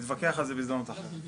ערן: נתווכח על זה בהזדמנות אחרת.